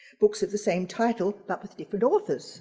books of the same title but with different authors